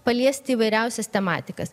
paliesti įvairiausias tematikas